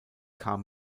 kam